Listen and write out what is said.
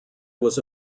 was